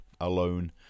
alone